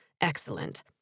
Excellent